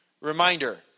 Reminder